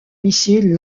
missile